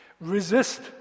resist